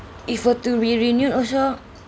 if were to re~ renewed also